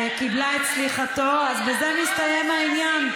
קיבלה את התנצלותו, אז בזה נסתיים העניין.